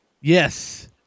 Yes